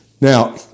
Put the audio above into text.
Now